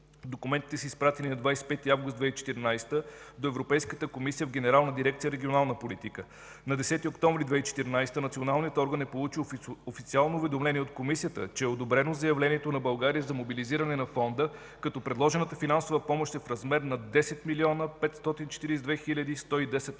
документите са изпратени на 25 август 2014 г. до Европейската комисия в генерална дирекция „Регионална политика”. На 10 октомври 2014 г. националният орган е получил официално уведомление от комисията, че е одобрено заявлението на България за мобилизиране на фонда, като предложената финансова помощ е в размер на 10 млн. 542 хил. 110 евро.